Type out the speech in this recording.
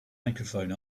microphone